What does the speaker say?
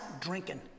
drinking